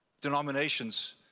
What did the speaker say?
Denominations